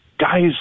Guys